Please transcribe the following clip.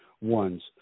ones